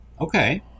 Okay